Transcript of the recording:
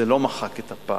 זה לא מחק את הפער,